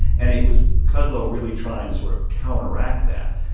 and it was kudlow really trying to sort of counteract that.